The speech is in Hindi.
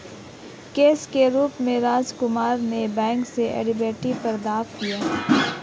कैश के रूप में राजकुमार ने बैंक से डेबिट प्राप्त किया